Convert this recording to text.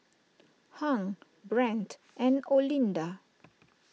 Hung Brent and Olinda